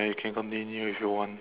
you can continue if you want